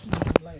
mm like